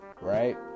right